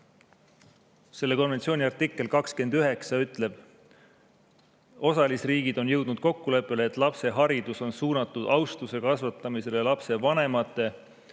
Selle konventsiooni artikkel 29 ütleb: "Osalisriigid on jõudnud kokkuleppele, et lapse haridus on suunatud: [---] austuse kasvatamisele lapse vanemate,